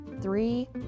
three